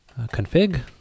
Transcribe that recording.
config